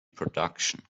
production